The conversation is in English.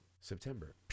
September